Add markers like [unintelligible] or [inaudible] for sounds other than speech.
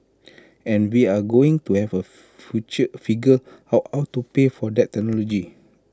and we're going to have A [unintelligible] figure out how to pay for that technology